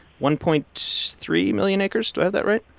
one point three million acres. do i have that right?